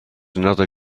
another